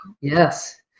Yes